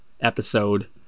episode